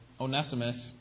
Onesimus